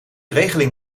regeling